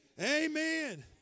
Amen